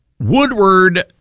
Woodward